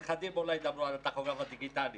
הנכדים שלנו אולי ידברו על הטכוגרף הדיגיטלי